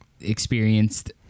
experienced